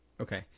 okay